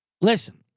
Listen